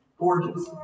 gorgeous